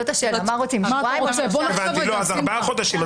ארבעה חודשים.